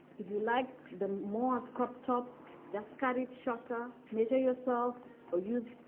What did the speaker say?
if you like them more of crop tops just cut it shorter measure yourself or use. or